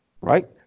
right